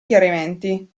chiarimenti